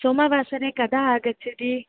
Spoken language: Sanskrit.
सोमवासरे कदा आगच्छति